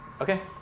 Okay